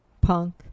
punk